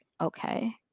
okay